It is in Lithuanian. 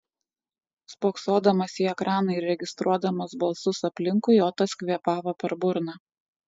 spoksodamas į ekraną ir registruodamas balsus aplinkui otas kvėpavo per burną